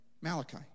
Malachi